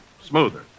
smoother